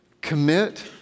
Commit